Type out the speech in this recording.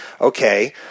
okay